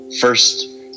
first